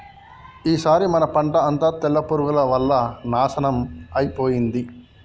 ఈసారి మన పంట అంతా తెల్ల పురుగుల వల్ల నాశనం అయిపోయింది